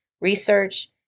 research